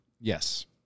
Yes